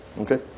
Okay